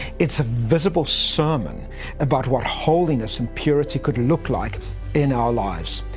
it is a visible sermon about what holiness and purity could look like in our lives.